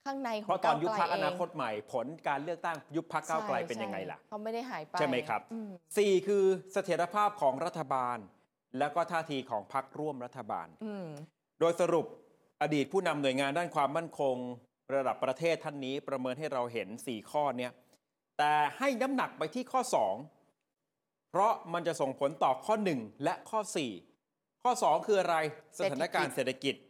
ข้างในของเพราะตอนยุบพรรคอนาคตใหม่ ผลการเลือกตั้ง ยุบพรรคก้าวไกลเป็นยังไงใช่- ใช่ล่ะ?เขาไม่ได้หายไปใช่ไหมครับ?อืมสี่คือเสถียรภาพของรัฐบาล แล้วก็ท่าทีของพรรคร่วมรัฐบาลอืมโดยสรุป อดีตผู้นำหน่วยงานด้านความมั่นคงระดับประเทศท่านนี้ประเมินให้เราเห็นสี่ข้อเนี้ย แต่ให้น้ำหนักไปที่ข้อสอง เพราะมันจะส่งผลต่อข้อหนึ่งและข้อสี่ ข้อสองคืออะไร? สถานการณ์เศรษฐกิจเศรษฐกิจ